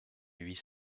huit